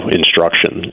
instruction